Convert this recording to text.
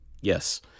Yes